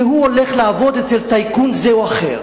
והוא הולך לעבוד אצל טייקון זה או אחר.